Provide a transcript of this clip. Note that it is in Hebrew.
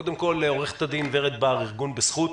קודם כול עו"ד ורד בר מארגון בזכות,